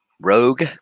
Rogue